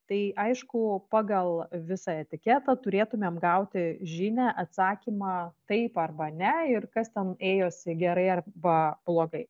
tai aišku pagal visą etiketą turėtumėm gauti žinią atsakymą taip arba ne ir kas ten ėjosi gerai arba blogai